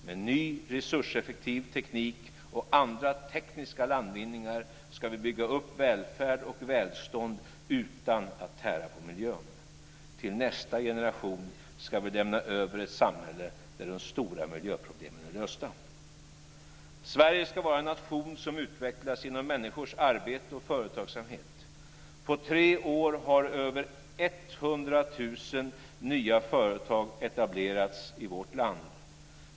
Med ny resurseffektiv teknik och andra tekniska landvinningar ska vi bygga upp välfärd och välstånd utan att tära på miljön. Till nästa generation ska vi lämna över ett samhälle där de stora miljöproblemen är lösta. Sverige ska vara en nation som utvecklas genom människors arbete och företagsamhet. På tre år har över hundra tusen nya företag etablerats i vårt land.